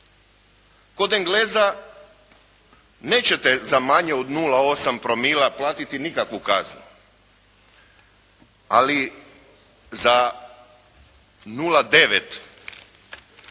Kod Engleza nećete za manje od 0,8 promila platiti nikakvu kaznu ali za 0,9 ćete